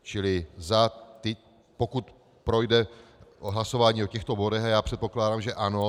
Čili za ty, pokud projde hlasování o těchto bodech, a já předpokládám, že ano.